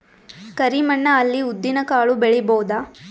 ಕರಿ ಮಣ್ಣ ಅಲ್ಲಿ ಉದ್ದಿನ್ ಕಾಳು ಬೆಳಿಬೋದ?